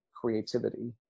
creativity